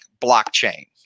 blockchain